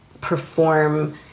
perform